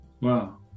Wow